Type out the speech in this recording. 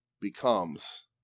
becomes